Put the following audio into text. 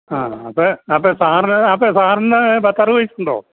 ആ അപ്പം അപ്പം സാറിന് അപ്പം സാറിന് പത്ത് അറുപത് വയസ്സുണ്ടോ